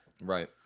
Right